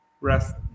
rest